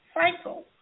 cycle